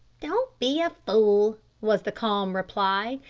don't be a fool, was the calm reply.